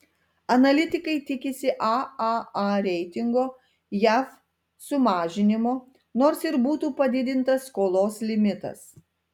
analitikai tiksi aaa reitingo jav sumažinimo nors ir būtų padidintas skolos limitas